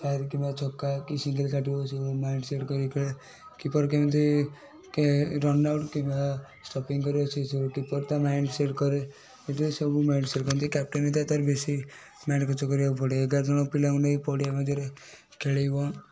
ଚାରି କିମ୍ବା ଛକା କି ସିଙ୍ଗିଲ୍ କାଟିବ ମାଇଣ୍ଡସେଟ୍ କରିକି ଖେଳେ କିପର୍ କେମିତି କେ ରନ୍ଆଉଟ୍ କିମ୍ବା ଷ୍ଟପିଙ୍ଗ୍ କରିବା ସେଇ ସବୁ କିପର୍ ତା ମାଇଣ୍ଡସେଟ୍ କରେ ହେଥିରେ ସବୁ ମାଇଣ୍ଡସେଟ୍ କରନ୍ତି କ୍ୟାପଟେନ୍ ହୋଇଥାଏ ତା'ର ବେଶୀ ମାଇଣ୍ଡ ଖର୍ଚ୍ଚ କରିବାକୁ ପଡ଼େ ଏଗାର ଜଣ ପିଲାଙ୍କୁ ନେଇ ପଡ଼ିଆ ମଧ୍ୟରେ ଖେଳେଇବ